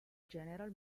general